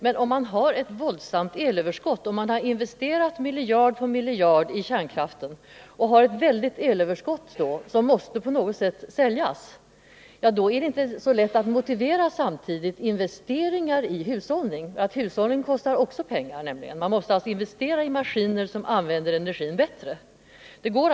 — Men om man har investerat miljard på miljard i kärnkraft och därigenom fått ett väldigt elöverskott, som på något sätt måste säljas, är det inte lätt att samtidigt motivera till investeringar i hushållning. Att hushålla kostar nämligen också mycket pengar, och man måste då investera pengar i maskiner som använder energin på ett bättre sätt.